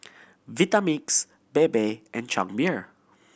Vitamix Bebe and Chang Beer